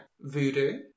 Voodoo